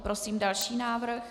Prosím další návrh.